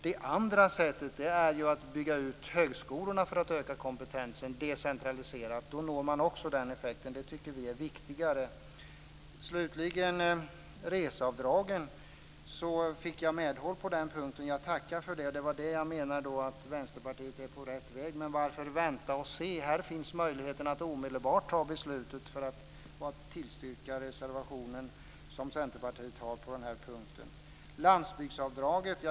Det andra sättet är att bygga ut högskolorna för att öka kompetensen decentraliserat. Då når man också den effekten. Det tycker vi är viktigare. Sedan reseavdragen. Jag fick medhåll på den punkten, och jag tackar för det. Här menar jag att Vänsterpartiet är på rätt väg. Men varför vänta och se? Det finns möjlighet att omedelbart fatta beslut och att tillstyrka reservationen som Centerpartiet har på den här punkten. Så till landsbygdsavdraget.